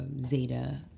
Zeta